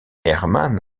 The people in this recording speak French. hermann